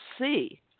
see